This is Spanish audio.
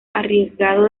arriesgado